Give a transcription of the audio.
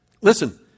listen